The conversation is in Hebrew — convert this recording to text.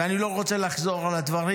ואני לא רוצה לחזור על הדברים.